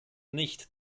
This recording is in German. nicht